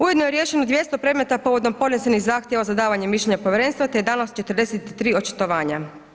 Ujedno je riješeno 200 predmeta povodom podnesenih zahtjeva za davanje mišljenja povjerenstva te je dano 43 očitovanja.